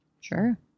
Sure